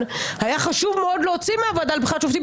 היה חשוב מאוד להוציא מהוועדה לבחירת שופטים